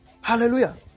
Hallelujah